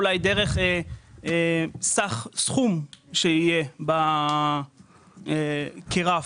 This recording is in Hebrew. אולי דרך סך סכום שיהיה כרף,